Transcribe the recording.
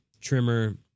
trimmer